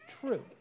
true